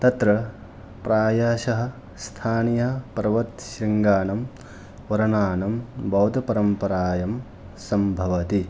तत्र प्रायशः स्थानीयपर्वतशृङ्गाणां पुराणानां बौद्धपरम्परायां सम्भवति